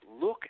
look